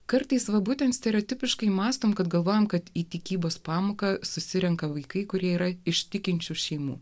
kartais va būtent stereotipiškai mąstome kad galvojame kad į tikybos pamoką susirenka vaikai kurie yra iš tikinčių šeimų